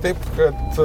taip kad